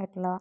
ആയിട്ടുള്ള